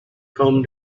come